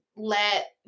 let